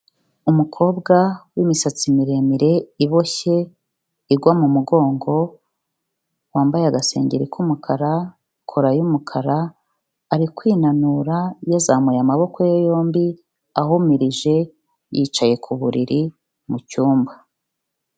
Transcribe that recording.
Umukobwa w'imisatsi miremire iboshye igwa mu mugongo wambaye agasengeri k'umukara, kora y'umukara, ari kwinanura yazamuye amaboko ye yombi ahumirije yicaye ku buriri mu cyumba.